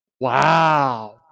wow